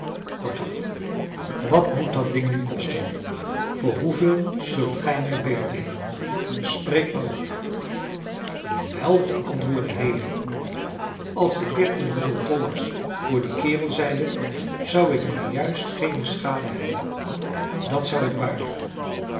kortaf wat moet dat ding nu kosten voor hoeveel zult gij mij beetnemen spreek maar op wel antwoordde haley als ik dertienhonderd dollars voor dien kerel zeide zou ik maar juist geene schade hebben dat zou ik waarlijk